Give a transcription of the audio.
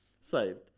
saved